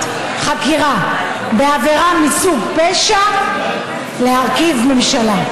חקירה בעבירה מסוג פשע להרכיב ממשלה.